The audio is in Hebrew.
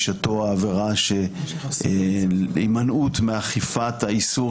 בשעתו העבירה של הימנעות מאכיפת האיסור